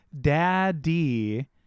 Daddy